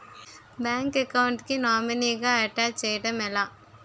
Bank account కి nominee గా attach చేయడం ఎలా?